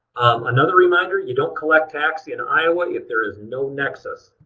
another reminder, you don't collect tax in iowa if there is no nexus.